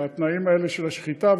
בתנאים האלה של השחיטה.